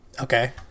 Okay